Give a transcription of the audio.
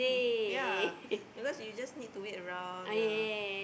ya because you just need to wait around the